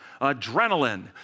adrenaline